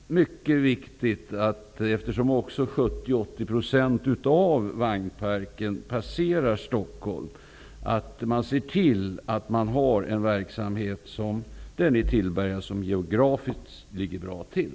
Eftersom 70--80 % av vagnparken passerar Stockholm, är det viktigt att se till att man har en verksamhet i Tillberga, som geografiskt ligger bra till.